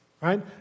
right